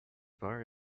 bar